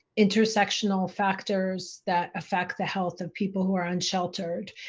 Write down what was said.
intersectional factors that affect the health of people who are unsheltered.